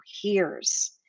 hears